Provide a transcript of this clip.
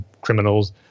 criminals